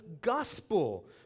gospel